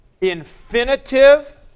infinitive